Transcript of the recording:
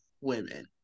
women